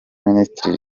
minisitiri